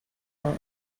are